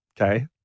okay